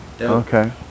Okay